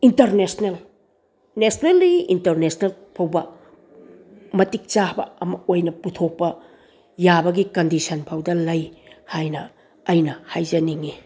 international ꯅꯦꯁꯅꯦꯜꯗꯒꯤ international ꯐꯥꯎꯕ ꯃꯇꯤꯛ ꯆꯥꯕ ꯑꯃ ꯑꯣꯏꯅ ꯄꯨꯊꯣꯛꯄ ꯌꯥꯕꯒꯤ ꯀꯟꯗꯤꯁꯟ ꯐꯥꯎꯗ ꯂꯩ ꯍꯥꯏꯅ ꯑꯩꯅ ꯍꯥꯏꯖꯅꯤꯡꯏ